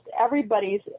everybody's